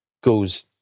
goes